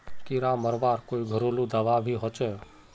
कीड़ा मरवार कोई घरेलू दाबा भी होचए?